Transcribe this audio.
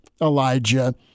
Elijah